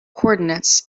coordinates